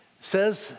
says